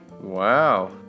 Wow